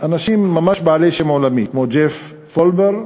אנשים בעלי שם עולמי כמו ג'ף פולבר,